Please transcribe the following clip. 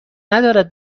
ندارد